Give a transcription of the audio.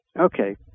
Okay